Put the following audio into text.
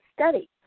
study